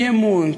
אי-אמון,